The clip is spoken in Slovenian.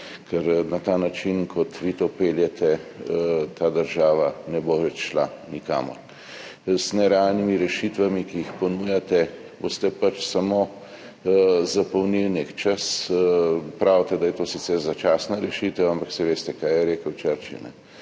Ker na ta način, kot vi to peljete, ta država ne bo več šla nikamor. Z nerealnimi rešitvami, ki jih ponujate, boste pač samo zapolnili nek čas. Pravite, da je to sicer začasna rešitev. Ampak saj veste, kaj je rekel